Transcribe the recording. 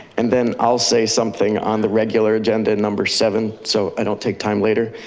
and then i'll say something on the regular agenda number seven, so i don't take time later.